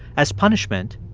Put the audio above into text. as punishment,